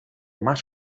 más